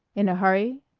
in a hurry?